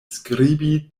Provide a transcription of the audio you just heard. skribi